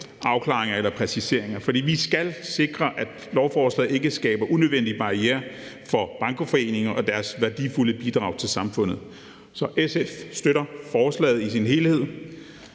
afklaringer eller præciseringer. For vi skal sikre, at lovforslaget ikke skaber unødvendige barrierer for bankoforeninger og deres værdifulde bidrag til samfundet. Så SF støtter forslaget i sin helhed.